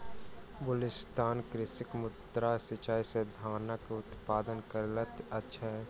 बलुचिस्तानक कृषक माद्दा सिचाई से धानक उत्पत्ति करैत अछि